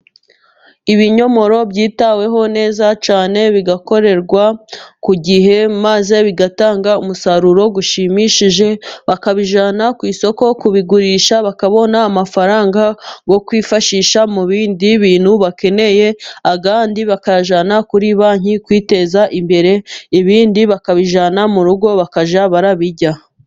Ibinyomoro byitaweho neza cyane, bigakorerwa ku gihe, maze bigatanga umusaruro ushimishije, bakabijyana ku isoko kubigurisha, bakabona amafaranga yo kwifashisha mu bindi bintu bakeneye, andi bakayajyana kuri banki kwiteza imbere, ibindi bakabijyanna mu rugo bakajya barabirya.